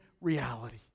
reality